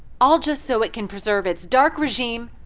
all just so it can preserve its dark regime